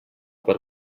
per